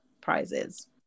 prizes